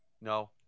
No